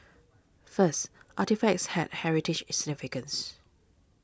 first artefacts had heritage significance